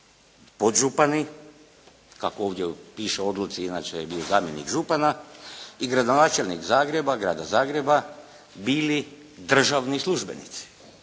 podžupani kako ovdje piše u odluci, inače je bio zamjenik župana i gradonačelnik grada Zagreba bili državni službenici,